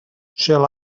shall